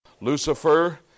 Lucifer